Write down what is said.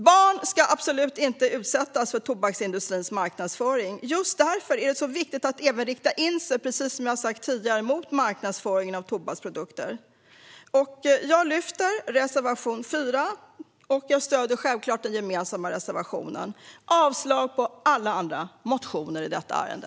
Barn ska absolut inte utsättas för tobaksindustrins marknadsföring. Just därför är det viktigt att även rikta in sig, precis som jag har sagt tidigare, mot marknadsföringen av tobaksprodukter. Jag yrkar bifall till reservation 4 och stöder självklart den gemensamma reservationen. Jag yrkar avslag på alla andra motioner i detta ärende.